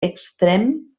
extrem